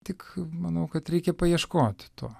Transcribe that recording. tik manau kad reikia paieškoti to